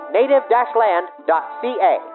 native-land.ca